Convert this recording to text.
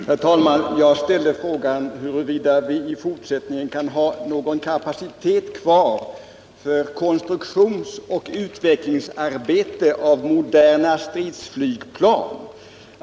Herr talman! Jag ställde frågan huruvida vi i fortsättningen kan ha någon kapacitet kvar för konstruktionsoch utvecklingsarbete när det gäller moderna stridsflygplan.